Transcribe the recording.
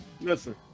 Listen